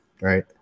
right